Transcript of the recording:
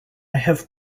have